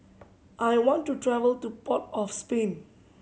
I want to travel to Port of Spain